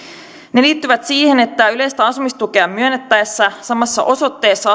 ne liittyvät siihen että yleistä asumistukea myönnettäessä samassa osoitteessa